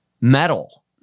metal